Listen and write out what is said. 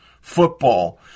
football